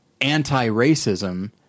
anti-racism